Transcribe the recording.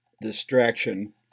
distraction